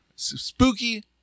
spooky